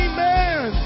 Amen